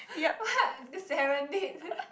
what serenade